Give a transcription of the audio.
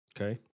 Okay